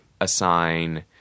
assign